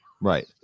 right